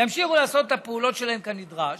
ימשיכו לעשות את הפעולות שלהם כנדרש,